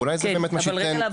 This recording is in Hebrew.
ואולי זה מה שיתקיים --- כן.